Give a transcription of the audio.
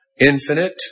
infinite